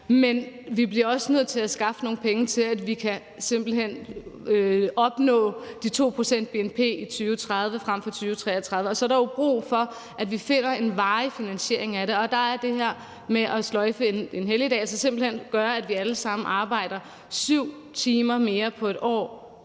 Men vi bliver også nødt til at skaffe nogle penge, for at vi simpelt hen kan nå op på de 2 pct. af bnp i 2030 frem for i 2033. Og så er der jo brug for, at vi finder en varig finansiering af det, og der er det her med at sløjfe en helligdag, altså simpelt hen gøre, at vi alle sammen arbejder 7 timer mere på et år,